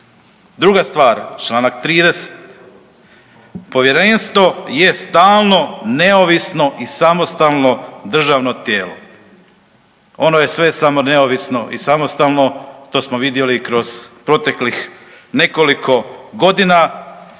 Druga stvar, čl. 30, Povjerenstvo je stalno neovisno i samostalno državno tijelo. Ono je sve samo ne neovisno i samostalno, to smo vidjeli kroz proteklih nekoliko godina